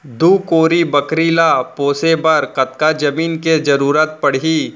दू कोरी बकरी ला पोसे बर कतका जमीन के जरूरत पढही?